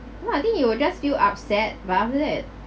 what I think you'll just feel upset but after that